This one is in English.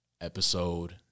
episode